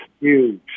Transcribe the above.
huge